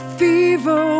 fever